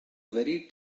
very